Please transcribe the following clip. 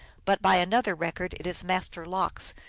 but by another record it is master lox,